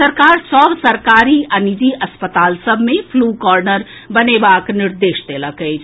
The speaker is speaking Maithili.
राज्य सरकार सभ सरकारी आ निजी अस्पताल सभ मे फ्लू कॉनर्र बनेबाक निर्देश देलक अछि